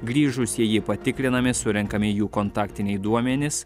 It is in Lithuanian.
grįžusieji patikrinami surenkami jų kontaktiniai duomenys